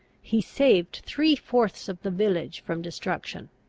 he saved three fourths of the village from destruction.